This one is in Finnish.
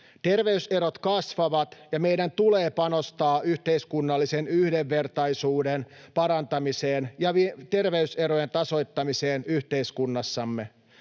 Terveyserot kasvavat, ja meidän tulee panostaa yhteiskunnallisen yhdenvertaisuuden parantamiseen ja terveyserojen tasoittamiseen yhteiskunnassamme.